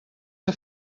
que